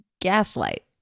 Gaslight